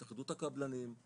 התאחדות הקבלנים,